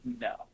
No